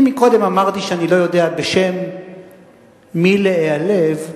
אם קודם אמרתי שאני לא יודע בשם מי להיעלב,